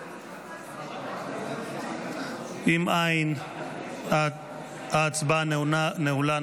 אם אין, ההצבעה נעולה.